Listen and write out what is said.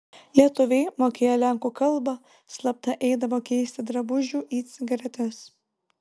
lietuviai mokėję lenkų kalbą slapta eidavo keisti drabužių į cigaretes